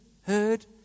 heard